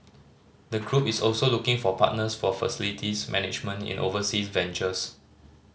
the group is also looking for partners for facilities management in overseas ventures